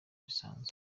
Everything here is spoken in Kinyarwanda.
bisanzwe